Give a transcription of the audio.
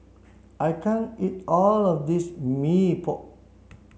I can't eat all of this Mee Pok